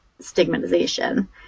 stigmatization